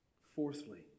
Fourthly